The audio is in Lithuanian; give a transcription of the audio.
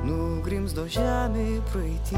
nugrimzdo žemė praeity